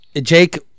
jake